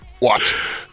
Watch